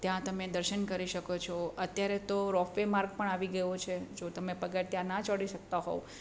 ત્યાં તમે દર્શન કરી શકો છો અત્યારે તો રોપવે માર્ગ પણ આવી ગયો છે જો તમે પગથિયાં ના ચઢી શકતા હોવ